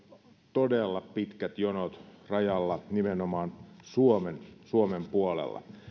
todella pitkät jonot nimenomaan suomen suomen puolella